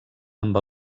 amb